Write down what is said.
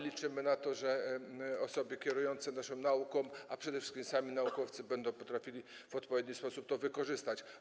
Liczymy na to, że osoby kierujące naszą nauką i przede wszystkim sami naukowcy będą potrafili w odpowiedni sposób to wykorzystać.